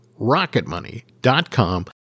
rocketmoney.com